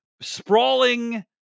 sprawling